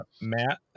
matt